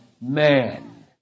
man